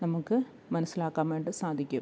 നമുക്ക് മനസ്സിലാക്കാൻ വേണ്ടി സാധിക്കും